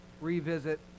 revisit